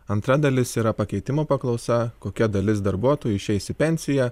antra dalis yra pakeitimo paklausa kokia dalis darbuotojų išeis į pensiją